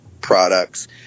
products